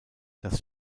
dass